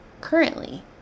currently